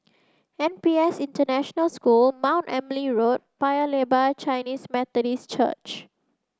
N P S International School Mount Emily Road Paya Lebar Chinese Methodist Church